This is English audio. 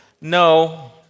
No